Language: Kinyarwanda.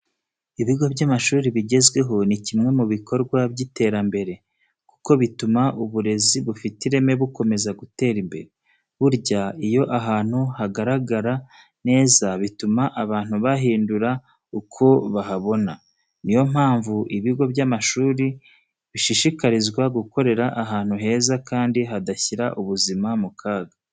Ibigo by'amashuri bigezweho ni kimwe mu ibikorwa by'iterambere, kuko bituma uburezi bufite ireme bukomeza gutera imbere. Burya iyo ahantu hagaragara neza bituma abantu bahindura uko bahabona. Ni yo mpamvu ibigo by'amashuri bishishikarizwa gukorera ahantu heza kandi hadashyira ubuzima mu kaga.